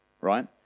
right